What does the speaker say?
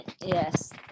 Yes